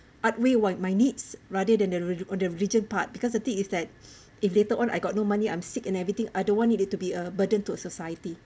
outweigh what my needs rather than that the religion part because the thing is that if later on I got no money I'm sick and everything I don't want it to be a burden to society